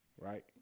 right